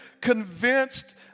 convinced